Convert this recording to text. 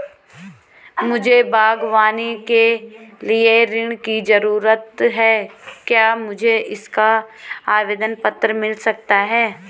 मुझे बागवानी के लिए ऋण की ज़रूरत है क्या मुझे इसका आवेदन पत्र मिल सकता है?